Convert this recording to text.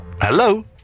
hello